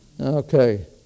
Okay